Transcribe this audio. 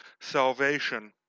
salvation